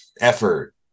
effort